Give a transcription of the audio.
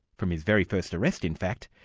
from his very first arrest in fact,